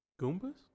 Goombas